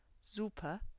super